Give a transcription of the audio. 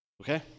Okay